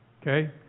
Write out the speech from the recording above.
Okay